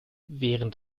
während